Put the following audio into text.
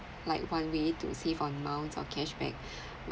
like one way to save on miles or cashback